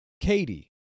Katie